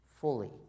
Fully